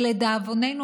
לדאבוננו,